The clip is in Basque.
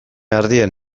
ardien